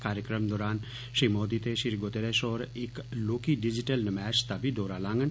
कार्यक्रम दौरान श्री मोदी ते श्री गुतेरेश होर इक्क लोह्की डिजीटल नमैश दा बी दौरा लांडन